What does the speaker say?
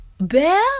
Bear